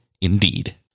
indeed